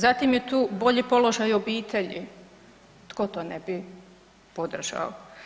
Zatim je tu bolji položaj obitelji, tko to ne bi podržao?